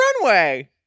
runway